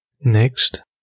Next